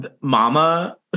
mama